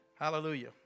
Hallelujah